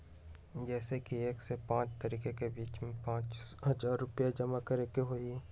जैसे कि एक से पाँच तारीक के बीज में पाँच हजार रुपया जमा करेके ही हैई?